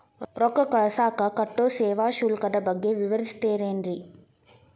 ರೊಕ್ಕ ಕಳಸಾಕ್ ಕಟ್ಟೋ ಸೇವಾ ಶುಲ್ಕದ ಬಗ್ಗೆ ವಿವರಿಸ್ತಿರೇನ್ರಿ?